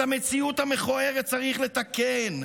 את המציאות המכוערת צריך לתקן,